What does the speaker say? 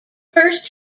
first